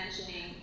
mentioning